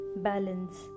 balance